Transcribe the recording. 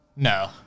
No